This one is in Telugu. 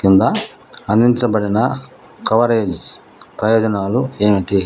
క్రింద అందించబడిన కవరేజ్ ప్రయోజనాలు ఏమిటి